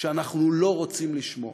שאנחנו לא רוצים לשמוע.